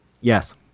Yes